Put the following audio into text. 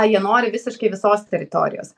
jie nori visiškai visos teritorijos